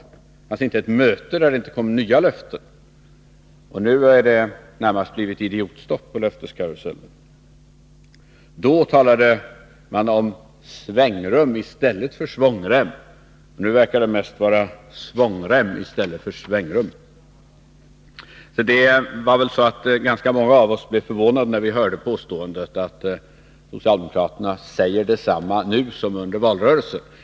Det fanns inte ett möte där det inte kom nya löften, nu har det närmast blivit idiotstopp på löfteskarusellen. Då talade man om svängrum i stället för svångrem, nu verkar det mest vara svångrem i stället för svängrum. Ganska många av oss blev förvånade när vi hörde påståendet att socialdemokraterna säger detsamma nu som under valrörelsen.